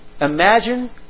imagine